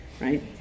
right